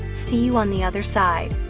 see you on the other side.